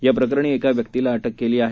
या प्रकरणी एका व्यक्तीला अटक केली आहे